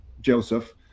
Joseph